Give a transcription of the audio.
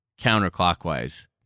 counterclockwise